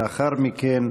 לאחר מכן,